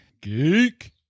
Geek